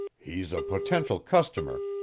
he's a potential customer,